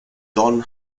don